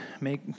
make